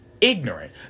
ignorant